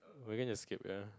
we are gonna escape ya